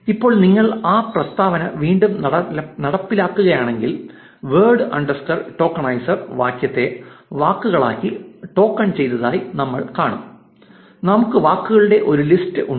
ഇപ്പോൾ നിങ്ങൾ ആ പ്രസ്താവന വീണ്ടും നടപ്പിലാക്കുകയാണെങ്കിൽ 'വേർഡ് അണ്ടർസ്കോർ ടോക്കനൈസ് വാക്യത്തെ വാക്കുകളാക്കി ടോക്കൺ ചെയ്തതായി നമ്മൾ കാണും നമുക്ക് വാക്കുകളുടെ ഒരു ലിസ്റ്റ് ഉണ്ട്